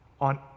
on